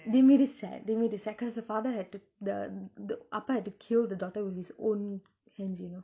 they made it sad they made it sad cause the father had to the the appa had to kill the daughter with his own hands you know